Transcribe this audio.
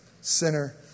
sinner